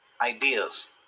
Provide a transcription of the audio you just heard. ideas